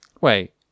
Wait